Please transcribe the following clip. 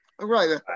Right